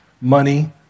money